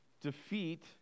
defeat